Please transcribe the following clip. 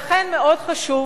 לכן מאוד חשוב,